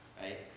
right